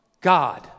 God